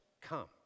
come